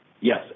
Yes